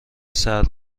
سرد